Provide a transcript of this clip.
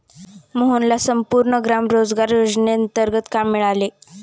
मोहनला संपूर्ण ग्राम रोजगार योजनेंतर्गत काम मिळाले